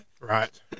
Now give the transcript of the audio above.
Right